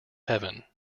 heaven